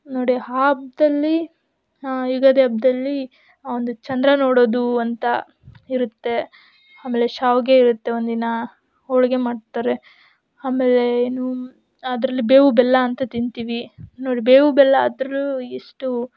ನೋಡಿ ಹಾ ಹಬ್ದಲ್ಲಿ ಯುಗಾದಿ ಹಬ್ದಲ್ಲಿ ಒಂದು ಚಂದ್ರ ನೋಡೋದು ಅಂತ ಇರುತ್ತೆ ಆಮೇಲೆ ಶಾವಿಗೆ ಇರುತ್ತೆ ಒಂದಿನ ಹೋಳಿಗೆ ಮಾಡ್ತಾರೆ ಆಮೇಲೆ ಏನು ಅದರಲ್ಲಿ ಬೇವು ಬೆಲ್ಲ ಅಂತ ತಿಂತೀವಿ ನೋಡಿ ಬೇವು ಬೆಲ್ಲ ಆದ್ರೂ ಎಷ್ಟು